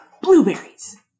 blueberries